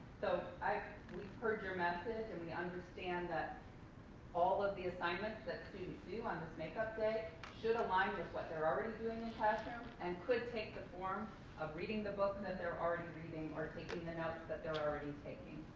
so i mean heard your message and we understand that all of the assignments that students do on this makeup day should align with what they're already doing in classroom, and could take the form of reading the book that they're already reading or taking the notes that they're already taking.